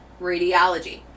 radiology